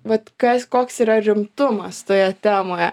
vat kas koks yra rimtumas toje temoje